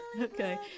okay